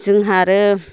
जोंहा आरो